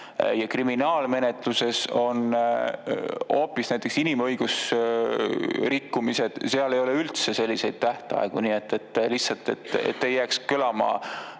Ja kriminaalmenetluses on hoopis nii, näiteks inimõiguste rikkumised, et seal ei ole üldse selliseid tähtaegu. Lihtsalt et ei jääks kõlama